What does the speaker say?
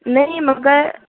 नहीं मगर